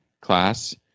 class